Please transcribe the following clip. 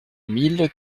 mille